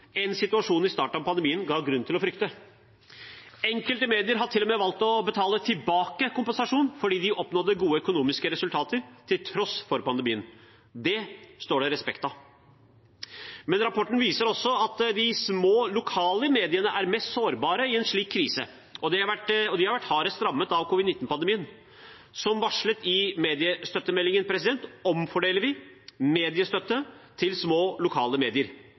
i starten av pandemien ga grunn til å frykte. Enkelte medier har til og med valgt å betale tilbake kompensasjonen fordi de oppnådde gode økonomiske resultater til tross for pandemien. Det står det respekt av. Men rapportene viser også at de små lokale mediene er mest sårbare i en slik krise, og de har vært hardest rammet av covid-19-pandemien. Som varslet i mediestøttemeldingen omfordeler vi mediestøtte til små lokale medier.